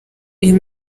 uyu